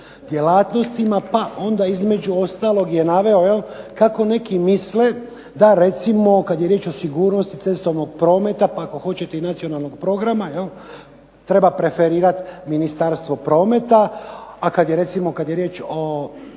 pa onda između ostalog je naveo jel kako neki misle da recimo kad je riječ o sigurnosti cestovnog prometa, pa ako hoćete i nacionalnog programa jel, treba preferirati Ministarstvo prometa, a kad je recimo, kad je riječ o